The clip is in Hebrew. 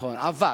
נכון, אבל